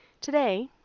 Today